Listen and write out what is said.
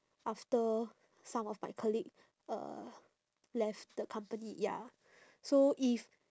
after some of my colleague uh left the company ya so if